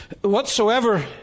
Whatsoever